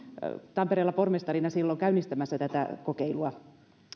tampereella pormestarina silloin käynnistämässä kokeilua